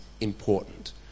important